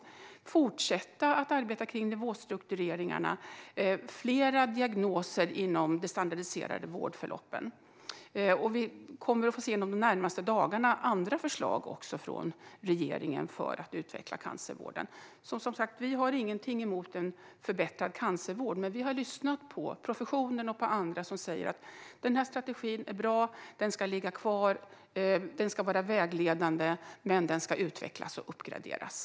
Man vill fortsätta att arbeta med nivåstruktureringarna och ha fler diagnoser inom de standardiserade vårdförloppen. Under de närmaste dagarna kommer vi att få se andra förslag från regeringen för att utveckla cancervården. Vi har, som sagt, inget emot en förbättrad cancervård, men vi har lyssnat på professionen och på andra som säger att strategin är bra och att den ska finnas kvar. Den ska vara vägledande, men den ska utvecklas och uppgraderas.